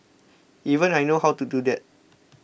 even I know how to do that